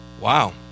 Wow